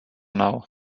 now